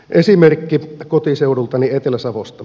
esimerkki kotiseudultani etelä savosta